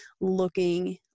looking